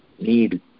need